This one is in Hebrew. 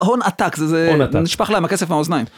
הון עתק זה נשפך להם הכסף מהאוזניים.